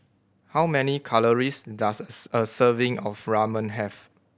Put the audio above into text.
how many calories does a serving of Ramen have